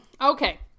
Okay